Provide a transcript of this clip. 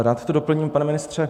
Rád to doplním, pane ministře.